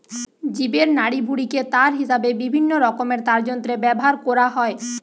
জীবের নাড়িভুঁড়িকে তার হিসাবে বিভিন্নরকমের তারযন্ত্রে ব্যাভার কোরা হয়